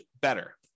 better